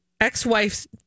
ex-wife's